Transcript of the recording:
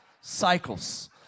Cycles